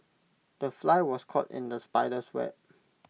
the fly was caught in the spider's web